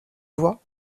doigts